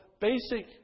basic